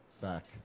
back